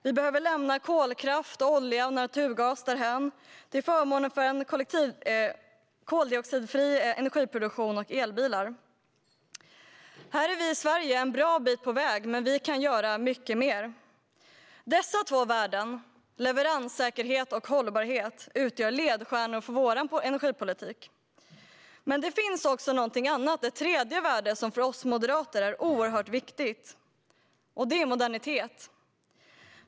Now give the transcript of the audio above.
Vi behöver lämna kolkraft, olja och naturgas därhän till förmån för en koldioxidfri energiproduktion och elbilar. Här är vi i Sverige en bra bit på väg, men vi kan göra mycket mer. Dessa två värden, leveranssäkerhet och hållbarhet, utgör ledstjärnor för vår energipolitik. Men det finns också någonting annat, ett tredje värde som för oss moderater är oerhört viktigt. Det är modernitet.